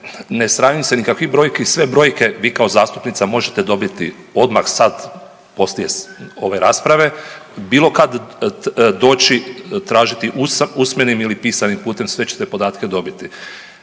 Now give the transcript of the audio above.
ne sramim se nikakvih brojki, sve brojke vi kao zastupnica možete dobiti odmah sad poslije ove rasprave, bilo kad doći tražiti usmenim ili pisanim putem, sve ćete podatke dobiti.